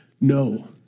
No